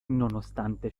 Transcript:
nonostante